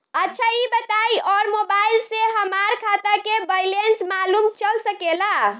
अच्छा ई बताईं और मोबाइल से हमार खाता के बइलेंस मालूम चल सकेला?